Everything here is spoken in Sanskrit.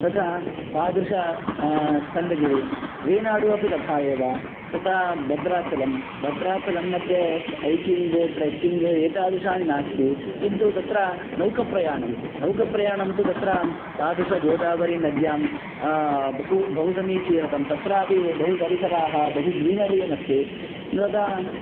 तथा तादृशः स्कन्दगिरिः वेनाडु अपि तथा एव तथा भद्राचलं भद्राचलं मध्ये हैकिङ्ग् ट्रेक्किङ्ग् एतादृशानि नास्ति किन्तु तत्र नौकप्रयाणं नौकप्रयाणं तु तत्र तादृश्यां गोदावरिनद्यां बहु बहु समीचीनं तत्रापि बहु परिसराः बहु ग्रीनरि इयम् अस्ति न